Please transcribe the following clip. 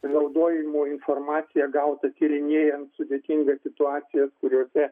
panaudojimu informaciją gautą tyrinėjant sudėtingas situacijas kuriose